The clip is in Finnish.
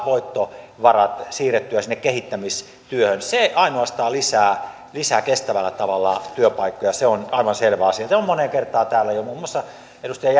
voittovarat siirrettyä sinne kehittämistyöhön se ainoastaan lisää lisää kestävällä tavalla työpaikkoja se on aivan selvä asia se on moneen kertaan täällä jo todettu muun muassa edustaja